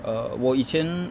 err 我以前